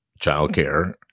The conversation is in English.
childcare